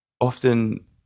often